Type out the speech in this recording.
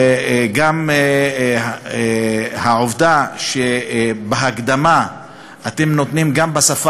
גם העובדה שאת ההקדמה אתם נותנים גם בשפה